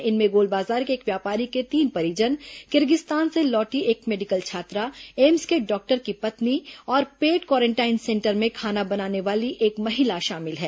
इनमें गोलबाजार के एक व्यापारी के तीन परिजन किर्गिस्तान से लौटी एक मेडिकल छात्रा एम्स के डॉक्टर की पत्नी और पेड क्वारेंटाइन सेंटर में खाना बनाने वाली एक महिला शामिल है